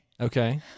okay